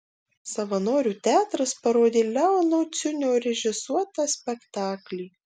savanorių teatras parodė leono ciunio režisuotą spektaklį